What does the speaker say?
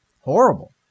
horrible